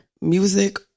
music